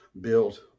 built